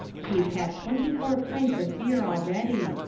he'd had twenty-four pints of beer already,